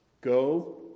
go